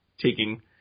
taking